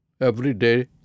everyday